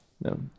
No